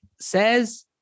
says